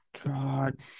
God